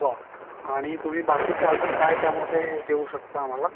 बर आणि तुम्ही बाकीचं अजून काय त्यामध्ये देऊ शकता आम्हाला